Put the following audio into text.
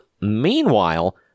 Meanwhile